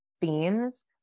themes